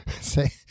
Say